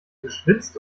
geschwitzt